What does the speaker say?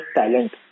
talent